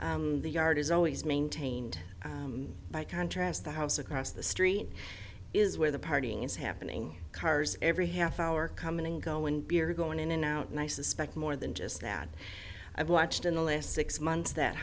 maintained the yard is always maintained by contrast the house across the street is where the partying is happening cars every half hour come and go and beer going in and out and i suspect more than just that i've watched in the last six months that